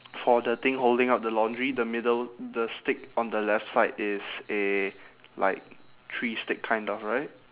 for the thing holding up the laundry the middle the stick on the left side is a like tree stick kind of right